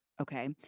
Okay